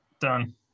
Done